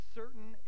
certain